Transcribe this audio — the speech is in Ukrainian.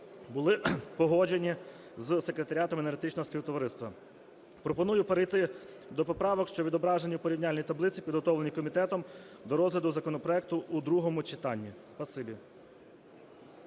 були погоджені із Секретаріатом Енергетичного Співтовариства. Пропоную перейти до поправок, що відображені в порівняльній таблиці, підготовленій комітетом до розгляду законопроекту у другому читанні.